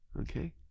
Okay